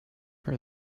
her